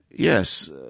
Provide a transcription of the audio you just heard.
Yes